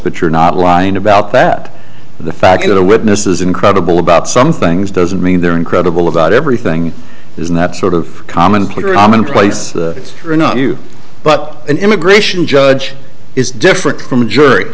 but you're not lying about that the fact that a witness is incredible about some things doesn't mean they're incredible about everything isn't that sort of commonplace place it's not you but an immigration judge is different from a jury